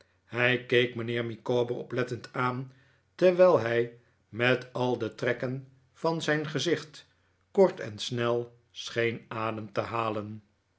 hij keek mijnheer micawber oplettend aan terwijl hij met al de trekken van zijn gezicht kort en snel scheen adem te halen